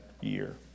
year